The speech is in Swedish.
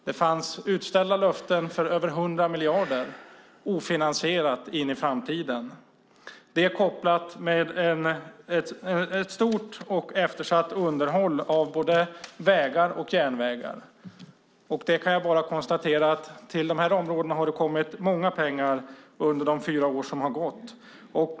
Det fanns utställda löften för över 100 miljarder, ofinansierat, in i framtiden. Det var kopplat till ett stort eftersatt underhåll av både vägar och järnvägar. Jag kan bara konstatera att det till de här områdena har kommit mycket pengar under de fyra år som har gått.